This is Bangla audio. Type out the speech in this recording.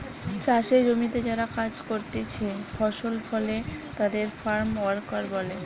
চাষের জমিতে যারা কাজ করতিছে ফসল ফলে তাদের ফার্ম ওয়ার্কার বলে